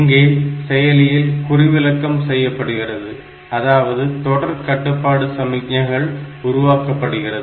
இங்கே செயலியில் குறிவிலக்கம் செய்யப்படுகிறது அதாவது தொடர் கட்டுப்பாட்டு சமிக்ஞைகள் உருவாக்கப்படுகின்றது